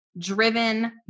driven